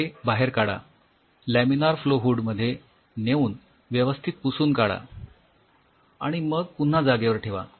tray बाहेर काढा laminar flow hood मध्ये नेऊन व्यवस्थित पुसून काढा आणि मग पुन्हा जागेवर ठेवा